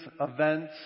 events